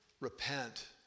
repent